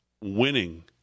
winning